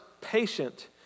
patient